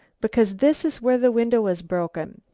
because this is where the window was broken.